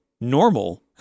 normal